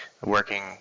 working